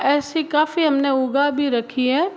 ऐसी काफी हमने उगा भी रखी है